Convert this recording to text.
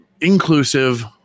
Inclusive